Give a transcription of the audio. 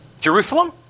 Jerusalem